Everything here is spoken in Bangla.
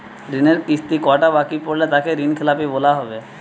ঋণের কিস্তি কটা বাকি পড়লে তাকে ঋণখেলাপি বলা হবে?